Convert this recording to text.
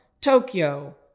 Tokyo